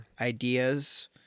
ideas